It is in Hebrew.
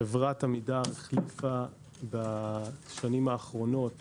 חברת עמידר החליפה בשנים האחרונות